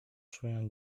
czuję